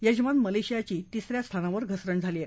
यजमान मलेशियाची तिस या स्थानावर घसरण झाली आहे